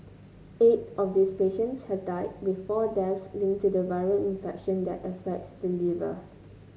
eight of these patients have died with four deaths linked to the viral infection that affects the liver